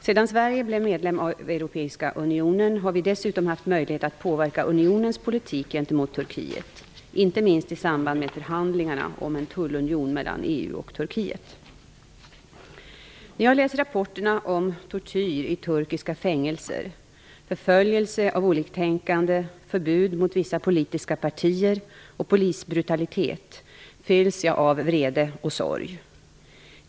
Sedan Sverige blev medlem av Europeiska unionen har vi dessutom haft möjlighet att påverka Unionens politik gentemot Turkiet, inte minst i samband med förhandlingarna om en tullunion mellan EU och När jag läser rapporterna om tortyr i turkiska fängelser, förföljelse av oliktänkande, förbud mot vissa politiska partier och polisbrutalitet fylls jag av vrede och sorg.